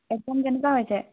exam কেনেকুৱা হৈছে